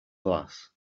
glass